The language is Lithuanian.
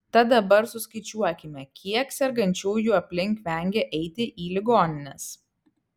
tad dabar suskaičiuokime kiek sergančiųjų aplink vengia eiti į ligonines